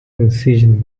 incision